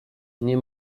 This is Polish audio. nie